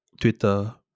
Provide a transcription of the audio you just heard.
Twitter